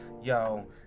Yo